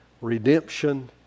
redemption